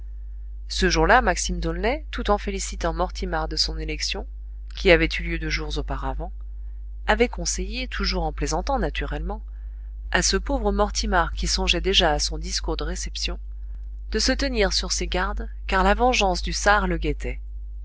ce jour-là maxime d'aulnay tout en félicitant mortimar de son élection qui avait eu lieu deux jours auparavant avait conseillé toujours en plaisantant naturellement à ce pauvre mortimar qui songeait déjà à son discours de réception de se tenir sur ses gardes car la vengeance du sâr le guettait